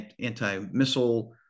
anti-missile